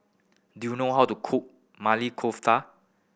do you know how to cook Maili Kofta